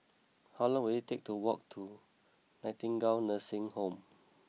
how long will it take to walk to Nightingale Nursing Home